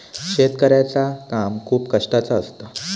शेतकऱ्याचा काम खूप कष्टाचा असता